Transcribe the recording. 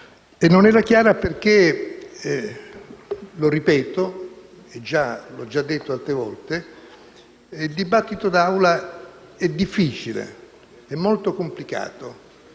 non era chiara perché - lo ripeto, come ho già detto altre volte - il dibattito d'Aula è difficile, è molto complicato.